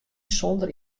sûnder